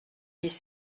dix